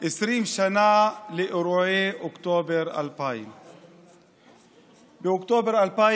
20 שנה לאירועי אוקטובר 2000. באוקטובר 2000